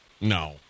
No